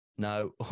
No